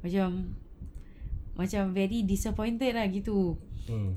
macam macam very disappointed lah begitu